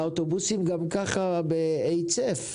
האוטובוסים גם כך בהיצף ובקריסה.